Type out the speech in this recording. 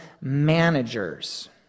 managers